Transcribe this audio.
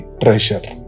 treasure